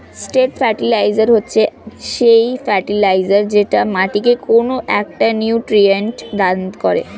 straight fertiliser হচ্ছে সেই fertiliser যেটা মাটিকে কোনো একটা নিউট্রিয়েন্ট দান করে